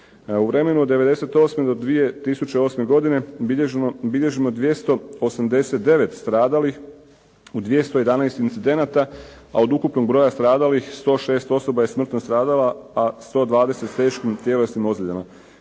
U vremenu od '98. do 2008. godine bilježimo 289 stradalih u 211 incidenata, a od ukupnog broja stradalih 106 osoba je smrtno stradala, a 120 s teškim tjelesnim ozljedama.